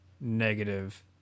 negative